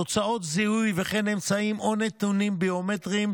תוצאות זיהוי וכן אמצעים או נתונים ביומטריים,